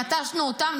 נטשנו אותם?